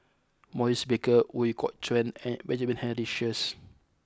Maurice Baker Ooi Kok Chuen and Benjamin Henry Sheares